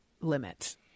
limit